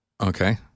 Okay